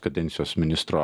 kadencijos ministro